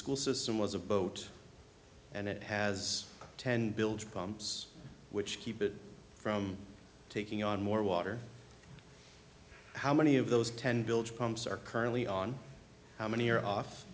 school system was a boat and it has ten built pumps which keep it from taking on more water how many of those ten build pumps are currently on how many are off